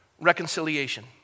reconciliation